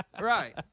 Right